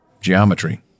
geometry